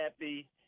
happy